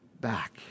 back